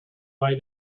gai